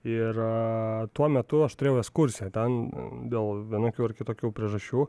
ir tuo metu aš turėjau ekskursiją ten dėl vienokių ar kitokių priežasčių